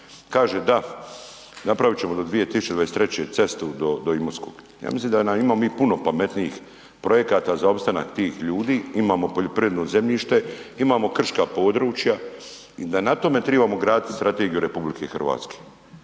kaže da, napravit ćemo do 2023. cestu do Imotskog. Ja mislim da imamo mi puno pametnijih projekta za opstanak tih ljudi, imamo poljoprivredno zemljište imamo krška područja i da na tome trebamo graditi strategiju RH, na tome.